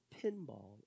pinball